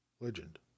legend